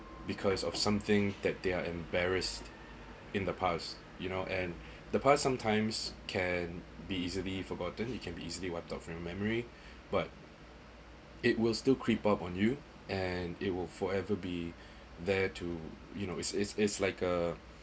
because of something that they're embarrassed in the past you know and the past sometimes can be easily forgotten it can be easily wipe off from memory but it will still creep up on you and it will forever be there to you know it's it's it's like a